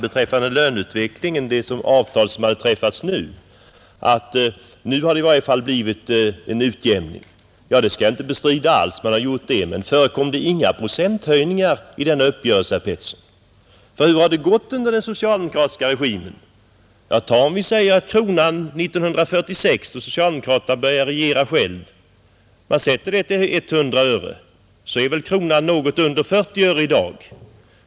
Beträffande det avtal som nu har träffats sade herr Pettersson att nu hade det i alla fall blivit en utjämning. Jag skall inte bestrida det, men förekom det inga procenthöjningar i denna uppgörelse, herr Pettersson? Hur har det gått under den socialdemokratiska regimen? Om vi sätter kronans värde till 100 öre år 1946, när socialdemokraterna började regera ensamma, så är väl värdet något under 40 öre i dag.